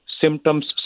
symptoms